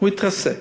הוא התרסק.